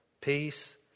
peace